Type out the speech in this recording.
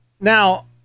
now